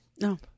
No